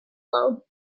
low